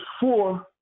four